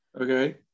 Okay